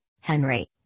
Henry